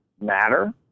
matter